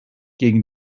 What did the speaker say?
gegen